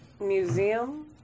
Museum